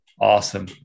awesome